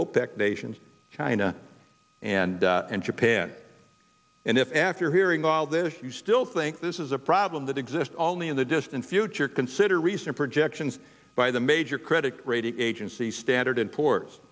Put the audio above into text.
opec nations china and japan and if after hearing all this you still think this is a problem that exist only in the distant future consider recent projections by the major credit rating agencies standard